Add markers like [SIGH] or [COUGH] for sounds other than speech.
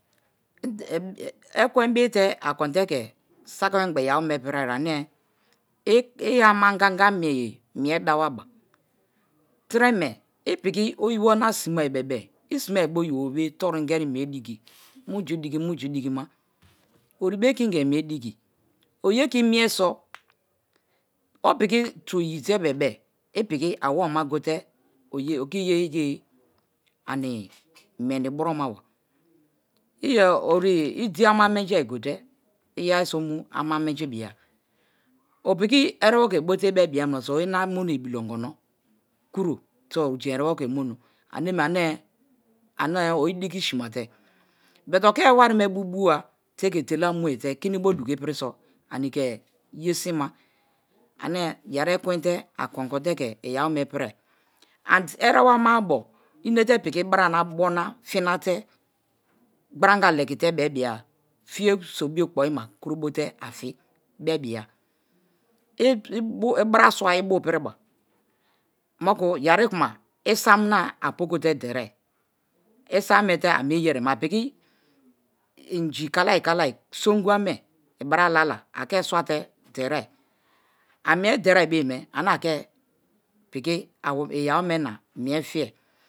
[HESITATION] ekwen bite akon te ke saki mengba iyawome piri ari ane iya mangaga mieye mie dawaba tireme ipiki oyibo na simaibebe isime oyibobe toru ingeri mie diki munju diki munju dikima oribekinge mie diki oye ke imie so opiki tubo iyitebebe ipiki oke iyeye goye-goye ani meni buromaba [UNINTELLIGIBLE] idi ama menjiari, gote iyeriso mu ama menji bia. Opiki erebo ke bo te i bebia mineso ori-ina monia ibilo ogono kuro so ojen erebo ke mono. Aneme ane ane ori-idikisima te. But oke warime bu buwa, teke etela-a mue te kinibo duko-ipiri so anike yesima. Ane yeri ekwen te akon konte ke iyawome piri ari. Enebo ama-abo enete piki bara na, bo na finate gboru-anga legite bebia fiye sobio kpoima kurobote a fi bebia. Ibaraswa ibu piriba, moku iyeri kuma isam ane apokote derie̱ isame te amie yerime apiki inji kalai kalai songu anne ibara lala akeswate derie amie derie bo ye me ane ake piki iyawome na mie fiye.